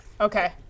Okay